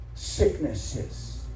Sicknesses